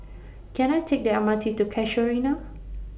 Can I Take The M R T to Casuarina